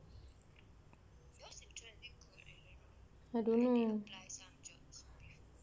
I don't know